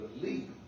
believe